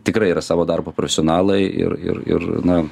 tikrai yra savo darbo profesionalai ir ir ir na